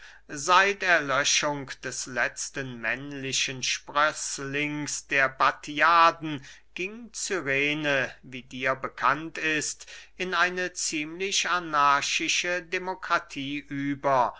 seit erlöschung des letzten männlichen sprößlings der battiaden ging cyrene wie dir bekannt ist in eine ziemlich anarchische demokratie über